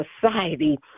society